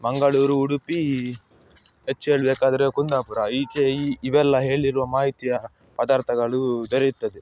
ಮಂಗಳೂರು ಉಡುಪಿ ಹೆಚ್ಚು ಹೇಳಬೇಕಾದ್ರೆ ಕುಂದಾಪುರ ಈಚೆ ಈ ಇವೆಲ್ಲ ಹೇಳಿರೊ ಮಾಹಿತಿಯ ಪದಾರ್ಥಗಳು ದೊರೆಯುತ್ತದೆ